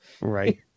Right